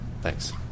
Thanks